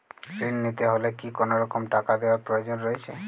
ঋণ নিতে হলে কি কোনরকম টাকা দেওয়ার প্রয়োজন রয়েছে?